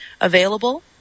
Available